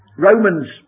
Romans